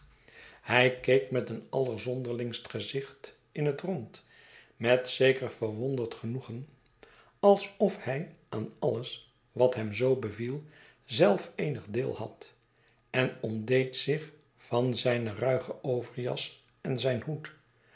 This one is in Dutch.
hij keek met een allerzonderlingst gezicht in het rond met zeker verwonderd genoegen alsof hij aan alles wat hem zoo beviel zelf eenig deel had en ontdeed zich van zijne ridge overjas en zijn hoed